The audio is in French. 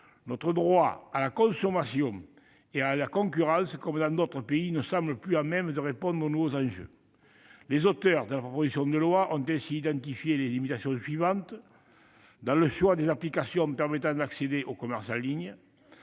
notre droit de la consommation et de la concurrence ne semble plus à même de répondre aux nouveaux enjeux. Les auteurs de la proposition de loi ont ainsi identifié des limitations dans le choix des applications permettant d'accéder au commerce en ligne,